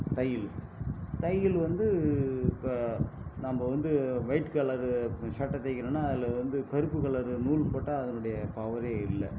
தையல் தையல் வந்து இப்போ நம்ப வந்து ஒயிட் கலரு சட்டை தைக்கிறோன்னா அதில் வந்து கருப்பு கலர் நூல் போட்டால் அதனுடைய பவரே இல்லை